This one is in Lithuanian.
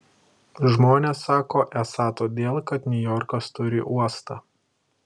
žmonės sako esą todėl kad niujorkas turi uostą